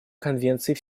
конвенцией